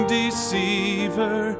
deceiver